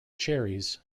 cherries